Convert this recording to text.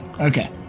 Okay